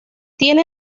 tiene